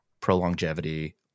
pro-longevity